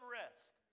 rest